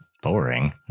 Boring